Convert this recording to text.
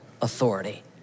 authority